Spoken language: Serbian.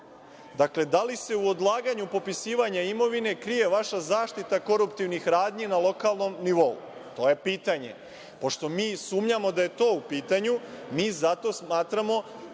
da li se u odlaganju popisivanja imovine krije vaša zaštita koruptivnih radnji na lokalnom nivou? To je pitanje. Pošto mi sumnjamo da je to u pitanju, mi zato smatramo